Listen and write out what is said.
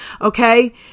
Okay